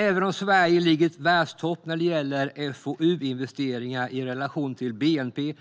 Även om Sverige ligger i världstopp när det gäller FOU-investeringar i relation till bnp